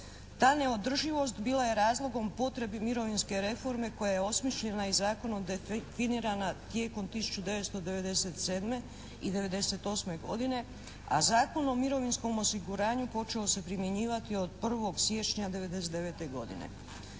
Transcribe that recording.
Ta neodrživost bila je razlogom potrebe mirovinske reforme koja je osmišljena i zakonom definirana tijekom 1997. i '98. godine. A Zakon o mirovinskom osiguranju počeo se primjenjivati od 1. siječnja '99. godine.